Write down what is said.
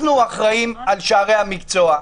אנחנו אחראים על שערי המקצוע.